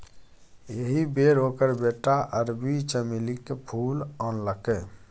एहि बेर ओकर बेटा अरबी चमेलीक फूल आनलकै